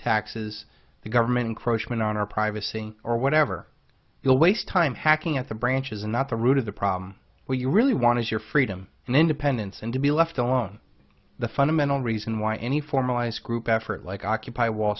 taxes the government encroachments on our privacy or whatever you'll waste time hacking at the branches and not the root of the problem when you really want is your freedom and independence and to be left alone the fundamental reason why any formalized group effort like occupy wall